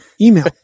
email